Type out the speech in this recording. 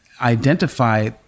identify